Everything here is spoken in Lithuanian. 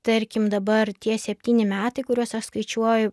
tarkim dabar tie septyni metai kuriuos aš skaičiuoju